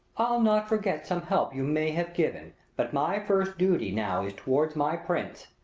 not forgot some help you may have given but my first duty now is toward my prince.